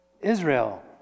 Israel